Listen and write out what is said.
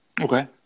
Okay